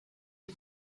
ray